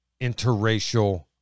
interracial